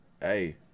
hey